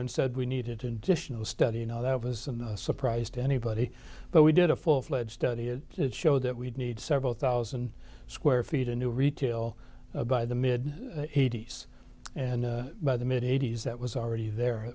and said we needed to study you know that was a surprise to anybody but we did a full fledged study and it showed that we'd need several thousand square feet a new retail by the mid eighty's and by the mid eighty's that was already there